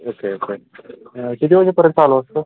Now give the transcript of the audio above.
okay okay किती वाजे पर्यंत चालूं असतं